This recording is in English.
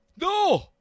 No